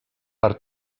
per